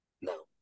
No